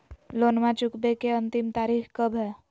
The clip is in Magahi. लोनमा चुकबे के अंतिम तारीख कब हय?